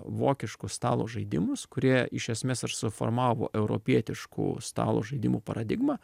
vokiškus stalo žaidimus kurie iš esmės ir suformavo europietiškų stalo žaidimų paradigmą